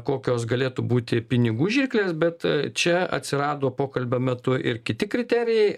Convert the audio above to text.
kokios galėtų būti pinigų žirklės bet čia atsirado pokalbio metu ir kiti kriterijai